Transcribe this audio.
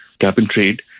cap-and-trade